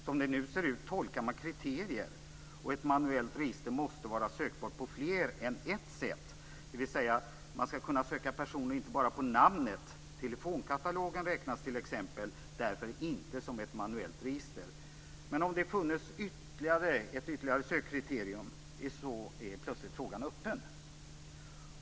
Som det nu ser ut lägger man tolkningen på "kriterier" - ett manuellt register måste vara sökbart på fler sätt än ett, dvs. man skall kunna söka personer inte bara på namnet. Telefonkatalogen t.ex. räknas därför inte som ett manuellt register. Men om det funnes ytterligare ett sökkriterium vore frågan plötsligt öppen.